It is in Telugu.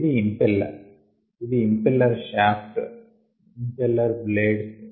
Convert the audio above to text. ఇది ఇంపెల్లర్ ఇది ఇంపెల్లర్ షాఫ్ట్ ఇంపెల్లర్ బ్లేడ్స్